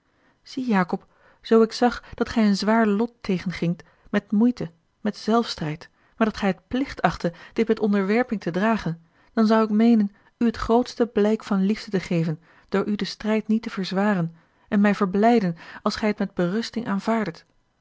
zie jacob zoo ik zag dat gij een zwaar lot tegengingt met moeite met zelfstrijd maar dat gij t plicht achtte dit met onderwerping te dragen dan zou ik meenen u het grootste blijk van liefde te geven door u den strijd niet te verzwaren en mij verblijden als gij het met berusting aanvaardet